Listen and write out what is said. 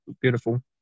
beautiful